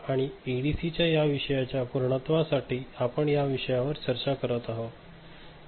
आणि एडीसी या विषयाच्या पुर्णत्वा साठी आपण याविषयावर चर्चा करत आहोत